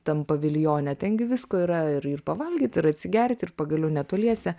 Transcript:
tam paviljone ten gi visko yra ir pavalgyt ir atsigert ir pagaliau netoliese